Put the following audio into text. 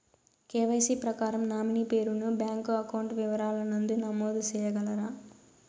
KYC ప్రకారం nominee పేరు ను బ్యాంకు అకౌంట్ వివరాల నందు నమోదు సేయగలరా?